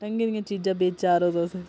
ढंगै दियां चीजां बेचा'रो तुस